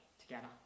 together